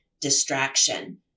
distraction